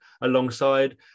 alongside